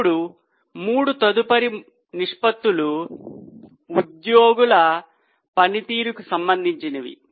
ఇప్పుడు మూడు తదుపరి నిష్పత్తులు ఉద్యోగుల పనితీరుకు సంబంధించినవి